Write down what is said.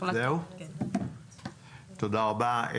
--- תודה רבה.